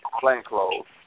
plainclothes